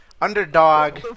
underdog